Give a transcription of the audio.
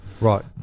right